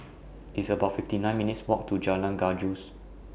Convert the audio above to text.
It's about fifty nine minutes' Walk to Jalan Gajus